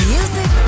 Music